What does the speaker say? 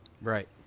Right